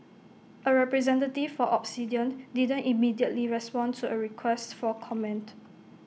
A representative for Obsidian didn't immediately respond to A request for comment